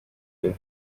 kwezi